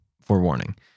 forewarning